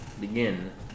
begin